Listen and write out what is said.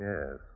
Yes